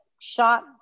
shot